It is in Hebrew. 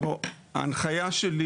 ההנחיה שלי